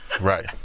Right